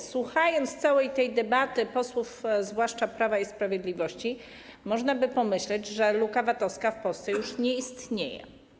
Słuchając całej tej debaty posłów, zwłaszcza Prawa i Sprawiedliwości, można by pomyśleć, że luka VAT-owska w Polsce już nie istnieje.